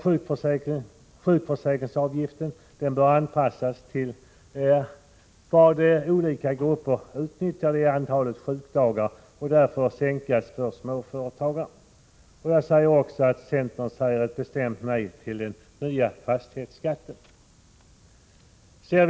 Sjukförsäkringsavgiften bör anpassas till hur olika grupper utnyttjar den och till antalet sjukdagar, och den bör därför sänkas för småföretagen. Centern säger också ett bestämt nej till den nya fastighetsskatten.